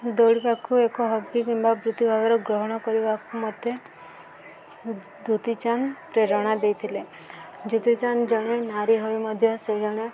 ଦୌଡ଼ିବାକୁ ଏକ ହବି କିମ୍ବା ବୃତ୍ତିଭାବରେ ଗ୍ରହଣ କରିବାକୁ ମୋତେ ଦ୍ୟୁତି ଚାନ୍ଦ ପ୍ରେରଣା ଦେଇଥିଲେ ଦ୍ୟୁତି ଚାନ୍ଦ ଜଣେ ନାରୀ ହୋଇ ମଧ୍ୟ ସେ ଜଣେ